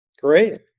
Great